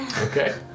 Okay